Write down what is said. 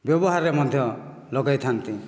ବ୍ୟବହାରରେ ମଧ୍ୟ ଲଗାଇଥାନ୍ତି